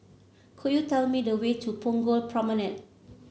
could you tell me the way to Punggol Promenade